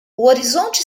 horizonte